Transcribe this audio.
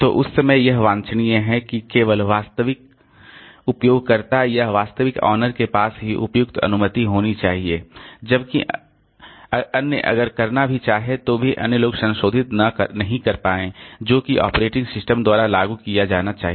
तो उस समय यह वांछनीय है कि केवल वास्तविक उपयोगकर्ताओं या वास्तविक ऑनर के पास ही उपयुक्त अनुमति होनी चाहिए जबकि अन्य अगर करना भी चाहे तो भी अन्य लोग संशोधित नहीं कर पाएं जो कि ऑपरेटिंग सिस्टम द्वारा लागू किया जाना चाहिए